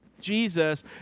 Jesus